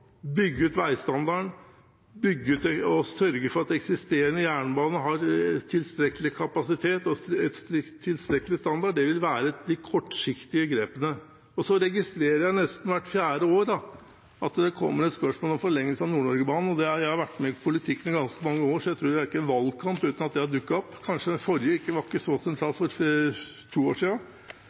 bygge ut veistandarden, bygge og sørge for at eksisterende jernbane har tilstrekkelig kapasitet og tilstrekkelig standard vil være de kortsiktige grepene. Så registrerer jeg nesten hvert fjerde år at det kommer et spørsmål om forlengelse av Nord-Norgebanen. Jeg har vært med i politikken i ganske mange år, og jeg tror ikke det har vært en valgkamp uten at det har dukket opp. Kanskje det ikke var så sentralt for to år